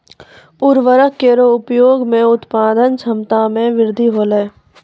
उर्वरक केरो प्रयोग सें उत्पादन क्षमता मे वृद्धि होलय